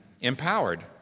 empowered